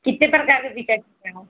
कितनी प्रकार की पिक्चर